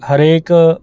ਹਰੇਕ